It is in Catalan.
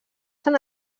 s’han